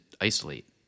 isolate